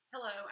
Hello